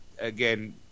Again